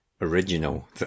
original